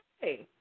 hey